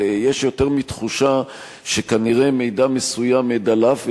אבל יש יותר מתחושה שכנראה מידע מסוים דלף,